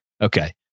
Okay